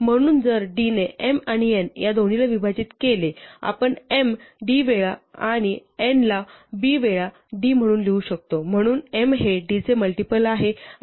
म्हणून जर d ने m आणि n या दोन्हीला विभाजित केले आपण m d वेळा आणि n ला b वेळा d म्हणून लिहू शकतो म्हणून m हे d चे मल्टिपल आहे आणि म्हणून n आहे